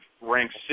ranks